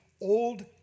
old